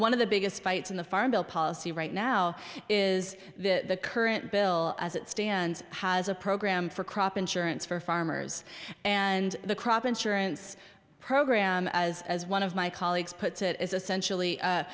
one of the biggest fights in the farm bill policy right now is that the current bill as it stands has a program for crop insurance for farmers and the crop insurance program as as one of my colleagues puts it is essentially